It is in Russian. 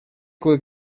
кое